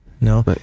No